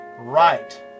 right